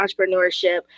entrepreneurship